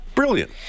Brilliant